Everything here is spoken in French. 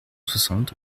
soixante